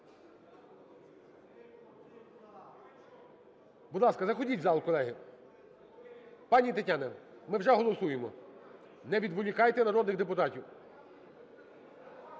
Будь ласка, заходьте в зал, колеги. Пані Тетяно, ми вже голосуємо! Не відволікайте народних депутатів!